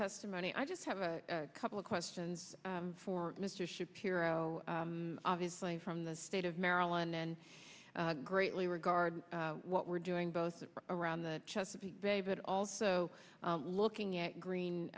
testimony i just have a couple of questions for mr shapiro obviously from the state of maryland and greatly regard what we're doing both around the chesapeake bay but also looking at green